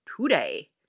today